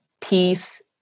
peace